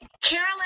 Carolyn